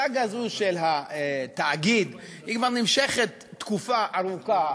הסאגה הזאת של התאגיד כבר נמשכת תקופה ארוכה,